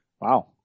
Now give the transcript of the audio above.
Wow